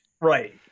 Right